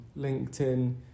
LinkedIn